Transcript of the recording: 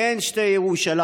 אין שתי ירושלים,